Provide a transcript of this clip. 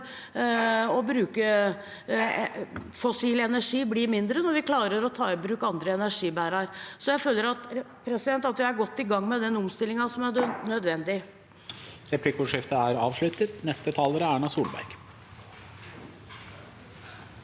å bruke fossil energi bli mindre – når vi klarer å ta i bruk andre energibærere. Jeg føler at vi er godt i gang med den omstillingen som er nødvendig.